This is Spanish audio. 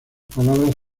palabras